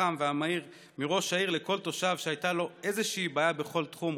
החם והמהיר מראש העיר לכל תושב שהייתה לו איזושהי בעיה בכל תחום,